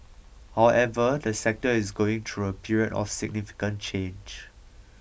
however the sector is going through a period of significant change